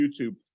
YouTube